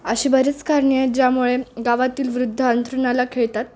असे बरीच कारणे आहेत ज्यामुळे गावातील वृद्ध अंथरुणाला खिळतात